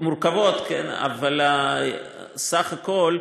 מורכבות, אבל בסך הכול,